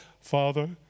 Father